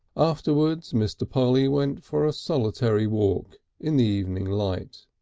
afterwards mr. polly went for a solitary walk in the evening light,